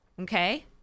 Okay